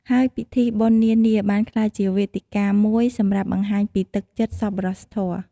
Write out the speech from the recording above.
ហើយពិធីបុណ្យនានាបានក្លាយជាវេទិកាមួយសម្រាប់បង្ហាញពីទឹកចិត្តសប្បុរសធម៌។